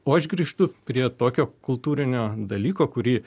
o aš grįžtu prie tokio kultūrinio dalyko kurį